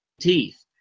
teeth